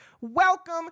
Welcome